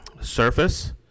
surface